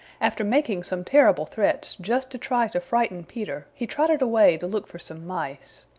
after making some terrible threats just to try to frighten peter, he trotted away to look for some mice.